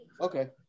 Okay